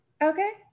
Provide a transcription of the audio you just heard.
okay